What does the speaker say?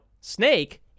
Snake